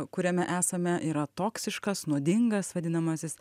kuriame esame yra toksiškas nuodingas vadinamasis